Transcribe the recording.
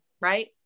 Right